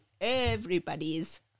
everybody's